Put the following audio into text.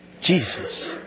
Jesus